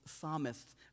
psalmist's